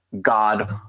God